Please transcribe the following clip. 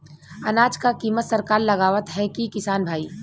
अनाज क कीमत सरकार लगावत हैं कि किसान भाई?